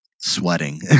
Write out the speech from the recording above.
sweating